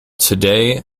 today